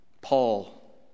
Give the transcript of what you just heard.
Paul